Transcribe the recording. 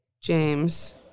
James